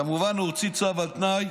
כמובן, הוא הוציא צו על תנאי